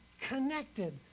connected